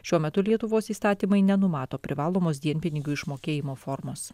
šiuo metu lietuvos įstatymai nenumato privalomos dienpinigių išmokėjimo formos